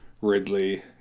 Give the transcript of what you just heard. ridley